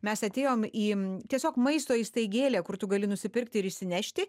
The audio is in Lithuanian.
mes atėjom į tiesiog maisto įstaigėlė kur tu gali nusipirkti ir išsinešti